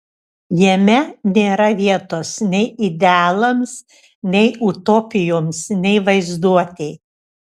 jame nėra vietos nei idealams nei utopijoms nei vaizduotei